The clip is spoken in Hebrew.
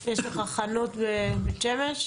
יש לך חנות בבית שמש?